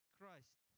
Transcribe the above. Christ